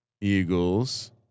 Eagles